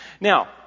Now